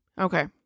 Okay